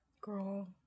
Girl